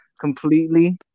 completely